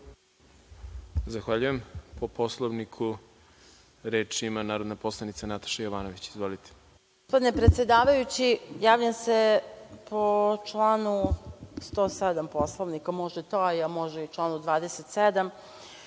Zahvaljujem. Po Poslovniku, reč ima narodna poslanica Nataša Jovanović. Izvolite.